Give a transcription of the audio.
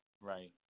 Right